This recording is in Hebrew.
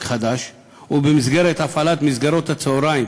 חדש" ובמסגרת הפעלת מסגרות הצהריים